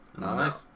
Nice